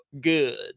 good